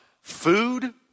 food